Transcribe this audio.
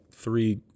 three